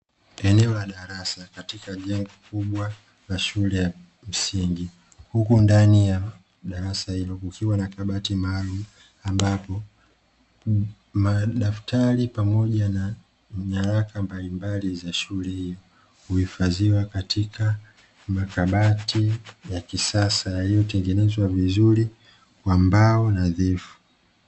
Eneo la darasa katika jengo kubwa la shule ya msingi, huku ndani ya darasa hilo kukiwa na kabati maalumu ambapo madaftari pamoja na nyaraka mbalimbali za shule hiyo huifadhiwa katika makabati ya kisasa yaliyotengenezwa vizuri kwa mbao nadhifu.